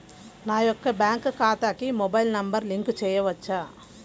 నా యొక్క బ్యాంక్ ఖాతాకి మొబైల్ నంబర్ లింక్ చేయవచ్చా?